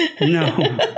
no